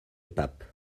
pape